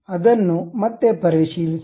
ಅದನ್ನು ಮತ್ತೆ ಪರಿಶೀಲಿಸೋಣ